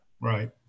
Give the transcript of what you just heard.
Right